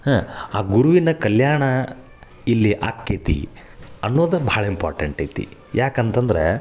ಹ್ಞೂ ಆ ಗುರುವಿನ ಕಲ್ಯಾಣ ಇಲ್ಲಿ ಆಕ್ಕೆತಿ ಅನ್ನೋದು ಭಾಳ ಇಂಪಾರ್ಟೆಂಟ್ ಐತಿ ಯಾಕಂತಂದರೆ